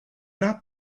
not